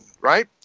right